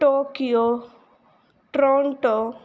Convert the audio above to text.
Tokyo Toronto